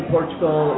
Portugal